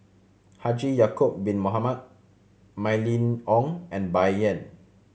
Haji Ya'acob Bin Mohamed Mylene Ong and Bai Yan